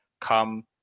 come